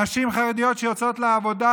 נשים חרדיות שיוצאות לעבודה